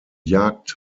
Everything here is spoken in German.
jagd